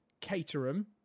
Caterham